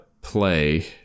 play